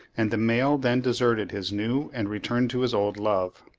and the male then deserted his new and returned to his old love.